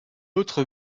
autre